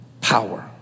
Power